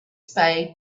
spade